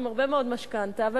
עם משכנתה גדולה מאוד,